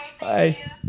Bye